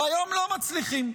והיום לא מצליחים.